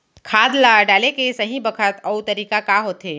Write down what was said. खाद ल डाले के सही बखत अऊ तरीका का होथे?